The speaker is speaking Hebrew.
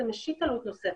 זה משית עלות נוספת.